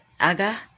Aga